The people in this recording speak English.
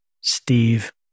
Steve